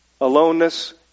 aloneness